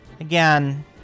again